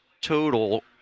total